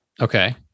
Okay